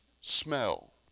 Smell